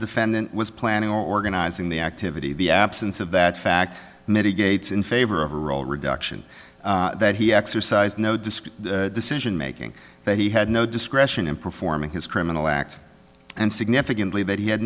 defendant was planning organizing the activity the absence of that fact mitigates in favor of a role rejection that he exercised no disk decision making that he had no discretion in performing his criminal acts and significantly that he had